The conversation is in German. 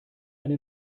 eine